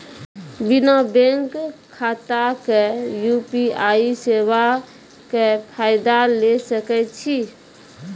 बिना बैंक खाताक यु.पी.आई सेवाक फायदा ले सकै छी?